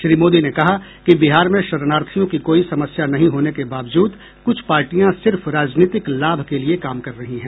श्री मोदी ने कहा कि बिहार में शरणार्थियों की कोई समस्या नहीं होने के बावजूद कुछ पार्टियां सिर्फ राजनीतिक लाभ के लिए काम कर रही हैं